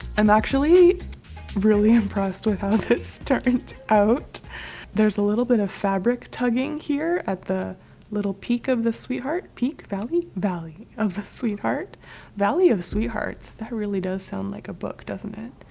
i'm actually really impressed with how this turned out there's a little bit of fabric tugging here at the little peak of the sweetheart peak valley valley of the sweetheart valley of sweethearts that really does sound like a book, doesn't it?